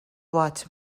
وات